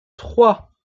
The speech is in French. trois